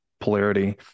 polarity